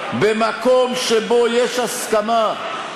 אבל במקום שבו יש הסכמה,